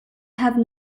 have